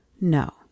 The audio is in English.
no